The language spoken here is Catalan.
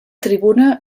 tribuna